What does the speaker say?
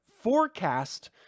forecast